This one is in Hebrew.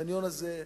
החניון הזה,